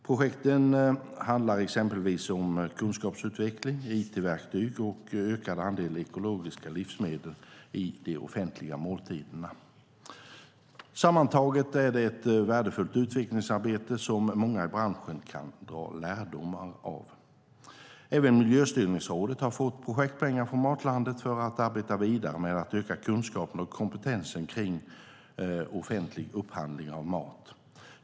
Projekten handlar exempelvis om kunskapsutveckling, it-verktyg och ökad andel ekologiska livsmedel i de offentliga måltiderna. Sammantaget är det ett värdefullt utvecklingsarbete som många i branschen kan dra lärdomar av. Även Miljöstyrningsrådet har fått projektpengar från Matlandet för att arbeta vidare med att öka kunskapen och kompetensen kring offentlig upphandling av mat.